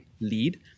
lead